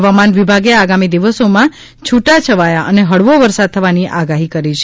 હવામાન વિભાગે આગામી દિવસોમાં છુટાછવાયા અને હળવો વરસાદ થવાની આગાહી કરાઇ છે